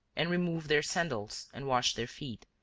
and removed their sandals and washed their feet,